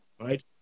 right